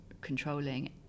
controlling